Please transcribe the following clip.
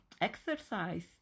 exercise